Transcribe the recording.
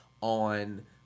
on